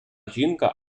жінка